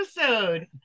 episode